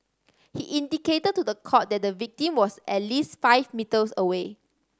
he indicated to the court that the victim was at least five metres away